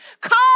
Call